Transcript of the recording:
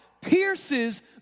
pierces